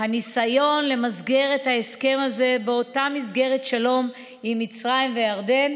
"הניסיון למסגר את ההסכם הזה באותה מסגרת שלום עם מצרים וירדן,